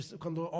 quando